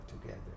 together